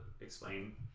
explain